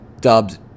dubbed